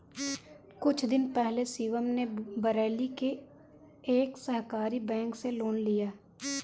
कुछ दिन पहले शिवम ने बरेली के एक सहकारी बैंक से लोन लिया